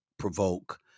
provoke